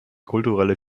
kulturelle